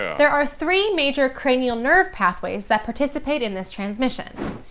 there are three major cranial nerve pathways that participate in this transmission.